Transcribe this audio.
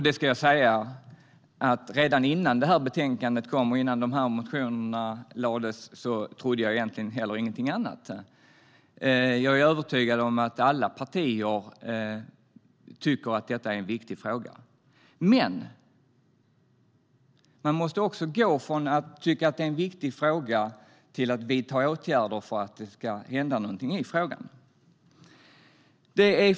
Det ska sägas att jag inte heller trodde någonting annat innan betänkandet kom och motionerna lades fram. Jag är övertygad om att alla partier tycker att detta är en viktig fråga. Men man måste gå från att tycka att det är en viktig fråga till att vidta åtgärder för att det ska hända någonting i frågan.